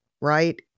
right